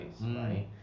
right